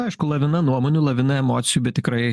aišku lavina nuomonių lavina emocijų bet tikrai